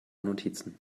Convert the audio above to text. notizen